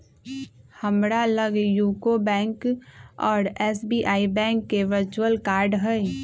हमरा लग UCO bank आऽ एस.बी.आई बैंक के वर्चुअल कार्ड हइ